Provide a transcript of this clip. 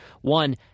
One